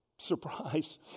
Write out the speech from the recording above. Surprise